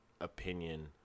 opinion